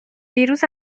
دیروز